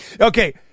Okay